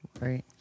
Right